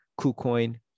KuCoin